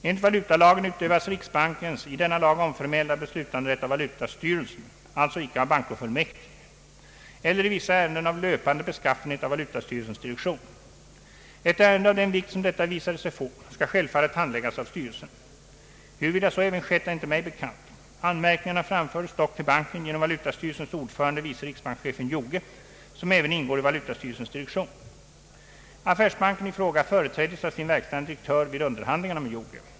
Enligt valutalagen utövas riksbankens i denna lag omförmälda beslutanderätt av valutastyrelsen eller i vissa ärenden av löpande beskaffenhet av valutastyrelsens direktion. Ett ärende av den vikt, som detta visade sig få, skall självfallet handläggas av styrelsen. Huruvida så även skett är inte mig bekant; anmärkningarna framfördes dock till banken genom valutastyrelsens ordförande, vice riksbankschefen Joge, som även ingår i valutastyrelsens direktion. Affärsbanken i fråga företräddes av sin verkställande direktör vid underhandlingarna med Joge.